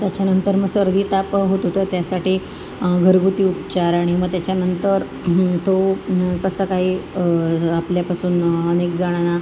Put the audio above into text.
त्याच्यानंतर मग सर्दी ताप होतो तर त्यासाठी घरगुती उपचार आणि मग त्याच्यानंतर तो कसा काही आपल्यापासून अनेक जणांना